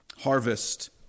Harvest